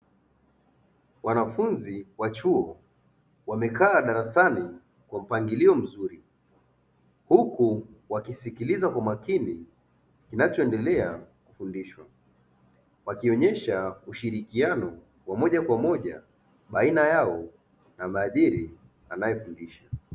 Wanafunzi wa chuo wamekaa darasani kwa mpangilio mzuri, huku wakisikiliza kwa makini kinachoendelea kufundishwa. Wakionyesha ushirikiano wa moja kwa moja baina yao na muhadhiri anayefundisha.